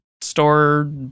store